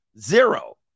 Zero